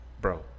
bro